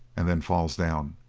and then falls down.